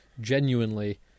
genuinely